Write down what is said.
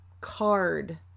card